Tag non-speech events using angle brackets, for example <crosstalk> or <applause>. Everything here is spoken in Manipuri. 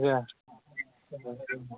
<unintelligible>